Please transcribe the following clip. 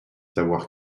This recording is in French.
savoir